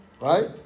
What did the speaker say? right